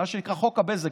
מה שנקרא חוק הבזק,